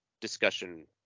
discussion